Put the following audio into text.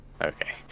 Okay